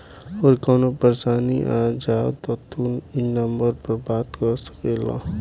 अगर कवनो परेशानी आ जाव त तू ई नम्बर पर बात कर सकेल